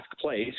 Place